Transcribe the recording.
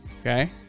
Okay